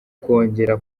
kongera